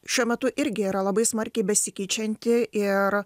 šiuo metu irgi yra labai smarkiai besikeičianti ir